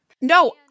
No